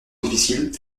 difficiles